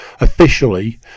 officially